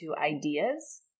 ideas